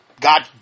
God